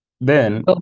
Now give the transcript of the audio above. Then-